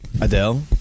Adele